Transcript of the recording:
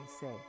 say